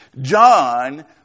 John